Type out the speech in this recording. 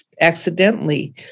accidentally